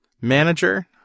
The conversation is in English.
manager